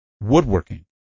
woodworking